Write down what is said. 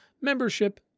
membership